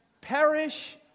perish